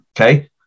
Okay